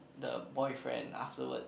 the boyfriend afterward